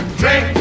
drink